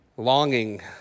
longing